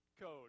code